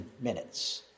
minutes